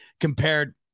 compared